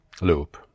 loop